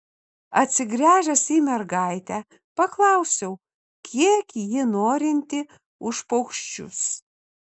atsigręžęs į mergaitę paklausiau kiek ji norinti už paukščius